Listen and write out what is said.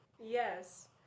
yes